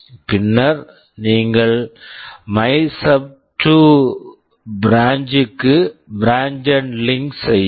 பின்னர் நீங்கள் மைசப்2 MYSUB2 பிரான்ச் branch க்கு branch and link branch and link செய்யவும்